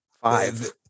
Five